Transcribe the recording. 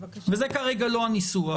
וזה כרגע לא הניסוח,